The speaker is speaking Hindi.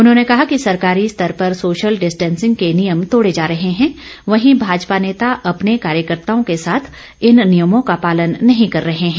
उन्होंने कहा कि सरकारी स्तर पर सोशल डिस्टैंसिंग के नियम तोड़े जा रहे हैं वहीं भाजपा नेता अपने कार्यकर्ताओं के साथ इन नियमों का पालन नहीं कर रहे हैं